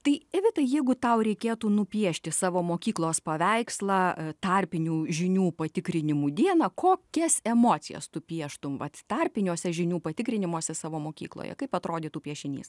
tai evita jeigu tau reikėtų nupiešti savo mokyklos paveikslą a tarpinių žinių patikrinimų dieną kokias emocijas tu pieštum vat tarpiniuose žinių patikrinimuose savo mokykloje kaip atrodytų piešinys